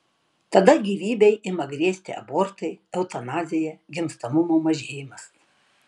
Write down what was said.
tada gyvybei ima grėsti abortai eutanazija gimstamumo mažėjimas